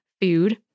food